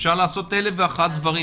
אפשר לעשות הרבה דברים.